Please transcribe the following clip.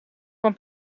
van